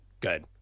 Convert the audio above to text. Good